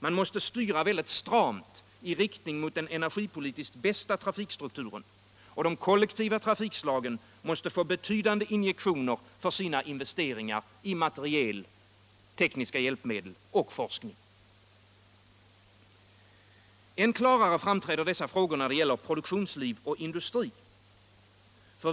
Man måste styra väldigt stramt i riktning mot den energipolitiskt bästa trafikstrukturen, och de kollektiva trafikslagen måste få betydande injektioner för sina investeringar i materiel, tekniska hjälpmedel och forskning. Än klarare framträder dessa frågor när det gäller produktionsliv och industri.